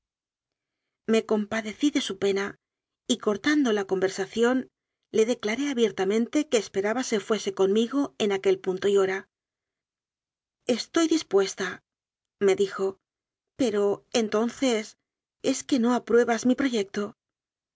me compadecí de su pena y cortando la con versación le declaré abiertamente que esperaba se fuese conmigo en aquel punto y hora estoy dispuestame dijo pero entonces es que no apruebas mi proyecto